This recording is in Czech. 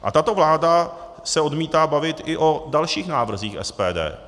A tato vláda se odmítá bavit i o dalších návrzích SPD.